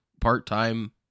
part-time